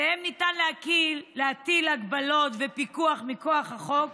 שעליהם ניתן להטיל הגבלות ופיקוח מכוח חוק